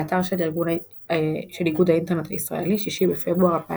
באתר של איגוד האינטרנט הישראלי, 6 בפברואר 2005